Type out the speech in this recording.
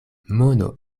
mono